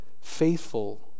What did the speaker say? faithful